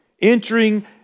Entering